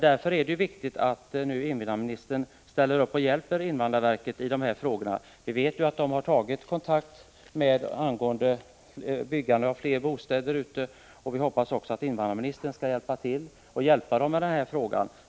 Därför är det viktigt att invandrarministern nu ställer upp och hjälper invandrarverket med dessa frågor. Vi vet att det har tagits kontakt angående byggande av fler bostäder. Vi hoppas att invandrarministern skall hjälpa invandrarverket i den här frågan.